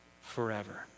forever